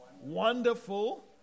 Wonderful